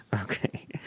okay